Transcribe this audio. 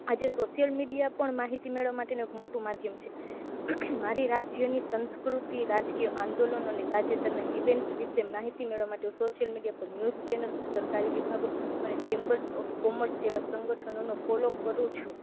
આજે social media પણ માહિતી મેળવવા માટેનું એક મોટું માધ્યમ છે મારા રાજ્યના સાંસ્કૃતિક રાજકીય આંદોલન અને તાજેતરના ઇવેન્ટ્સ વિષે માહિતી મેળવવા માટે હું સોસિયલ મીડિયા ઉપર ન્યૂઝ ચેનલ સરકારી વિભાગો અને ચેમ્બર્સ ઓફ કોમર્સ જેવા સંગઠનોને ફોલો કરું છું